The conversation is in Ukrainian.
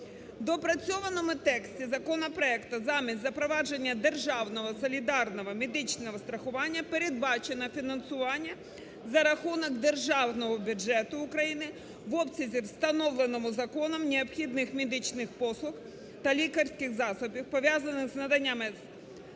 доопрацьованому тексті законопроекту замість запровадження державного солідарного медичного страхування передбачено фінансування за рахунок Державного бюджету України в обсязі, встановленому законом, необхідних медичних послуг та лікарських засобів, пов'язаних з наданнями